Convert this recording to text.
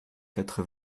quatre